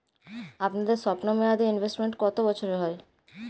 আপনাদের স্বল্পমেয়াদে ইনভেস্টমেন্ট কতো বছরের হয়?